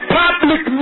public